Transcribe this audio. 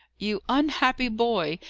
you unhappy boy!